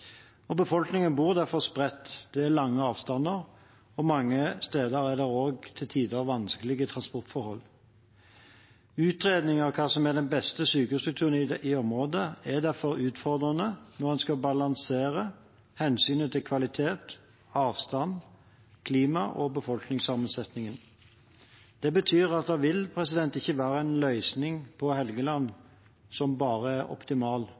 øyene. Befolkningen bor derfor spredt, det er lange avstander, og mange steder er det også til tider vanskelige transportforhold. Utredninger av hva som er den beste sykehusstrukturen i området, er derfor utfordrende når en skal balansere hensynet til kvalitet, avstand, klima og befolkningssammensetning. Det betyr at det ikke vil være én løsning på Helgeland som er optimal.